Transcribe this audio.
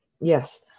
yes